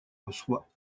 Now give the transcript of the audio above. reçoit